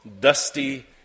dusty